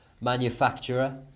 manufacturer